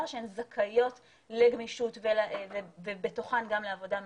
שהן זכאיות לגמישות ובתוך כך גם לעבודה מהבית,